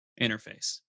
interface